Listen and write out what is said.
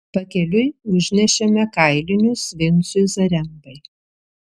pakeliui užnešėme kailinius vincui zarembai